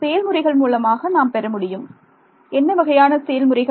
செயல்முறைகள் மூலமாக நாம் பெற முடியும் என்ன வகையான செயல்முறைகள்